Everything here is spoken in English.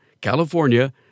California